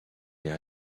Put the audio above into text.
les